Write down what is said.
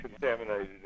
contaminated